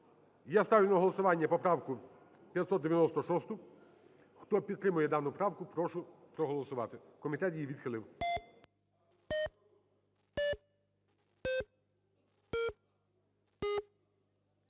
я ставлю на голосування поправку 596. Хто підтримує дану правку, прошу проголосувати. Комітет її відхилив.